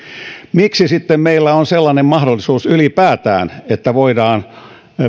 miksi meillä sitten on sellainen mahdollisuus ylipäätään että voidaan